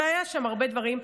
והיו שם הרבה דברים,